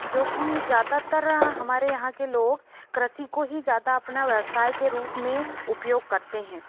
जो कि ज़्यादातर हमारे यहाँ के लोग कृषि को ही ज़्यादा अपना व्यवसाय के रूप में उपयोग करते हैं